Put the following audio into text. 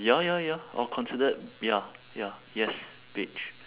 ya ya ya or considered ya ya yes beige